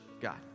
God